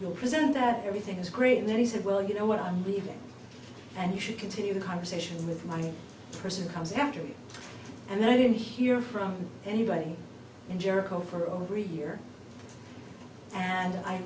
you'll present that everything's great and then he said well you know what i'm leaving and you should continue the conversation with my person comes after me and i didn't hear from anybody in jericho for over a year and i